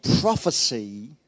prophecy